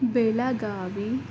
Belagavi